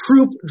troop